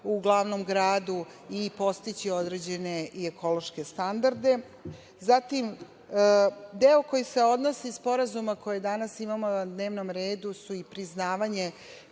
u glavnom gradu i postići određene i ekološke standarde. Zatim, deo koji se odnosi na sporazume koje danas imamo na dnevnom redu su i priznavanje